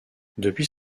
depuis